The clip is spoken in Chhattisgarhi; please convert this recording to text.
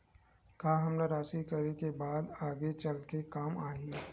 का हमला राशि करे के बाद आगे चल के काम आही?